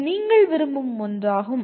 இது நீங்கள் விரும்பும் ஒன்றாகும்